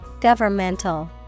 Governmental